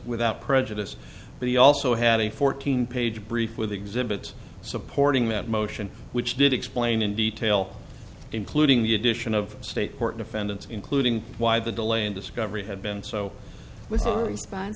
without prejudice but he also had a fourteen page brief with exhibits supporting that motion which did explain in detail including the addition of state court defendants including why the delay in discovery had been so